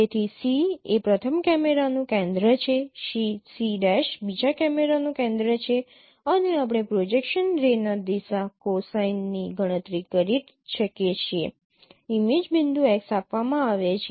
તેથી C એ પ્રથમ કેમેરા નું કેન્દ્ર છે C' બીજા કેમેરાનું કેન્દ્ર છે અને આપણે પ્રોજેક્શન રેના દિશા કોસાઇનની ગણતરી કરી શકીએ છીએ ઇમેજ બિંદુ x આપવામાં આવે છે